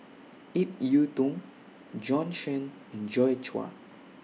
Ip Yiu Tung Bjorn Shen and Joi Chua